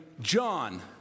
John